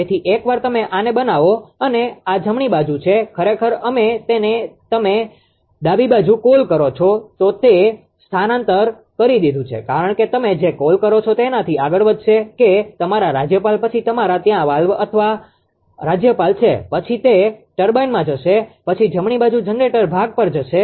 તેથી એકવાર તમે આને બનાવો અને આ જમણી બાજુ છે ખરેખર અમે તેને તમે ડાબી બાજુ કોલ કરો છો તે સ્થળાંતર કરી દીધું છે કારણ કે તમે જે કોલ કરો છો તેનાથી આગળ વધશે કે તમારા રાજ્યપાલ પછી તમારા ત્યાં વરાળ વાલ્વ અથવા રાજ્યપાલ છે પછી તે ટર્બાઇનમાં જશે પછી જમણી બાજુ જનરેટર ભાગ પર જશે